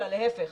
אלא להיפך,